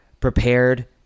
prepared